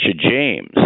James